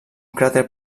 cràter